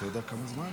אתה יודע כמה זמן?